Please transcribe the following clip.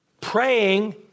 praying